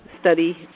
study